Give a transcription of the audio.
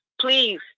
please